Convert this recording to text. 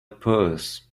purse